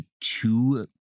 two